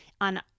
on